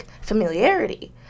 familiarity